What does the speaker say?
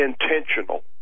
intentional